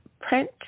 print